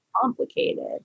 complicated